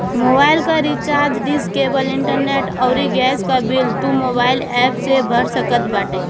mobile कअ recharge, dish, cable, internet अउरी gas कअ बिल तू मोबाइल एप्प से भर सकत बाटअ